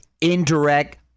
indirect